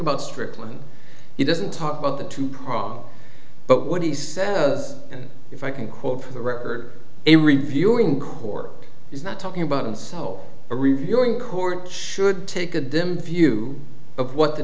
about strickland he doesn't talk about the two prong but what he says and if i can quote for the record a reviewing court is not talking about and so a reviewing court should take a dim view of what the